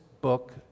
book